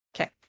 okay